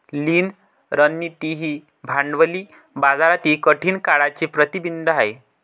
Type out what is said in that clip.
लीन रणनीती ही भांडवली बाजारातील कठीण काळाचे प्रतिबिंब आहे